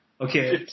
Okay